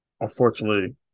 Unfortunately